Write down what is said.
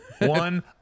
One